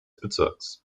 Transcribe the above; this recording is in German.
bezirks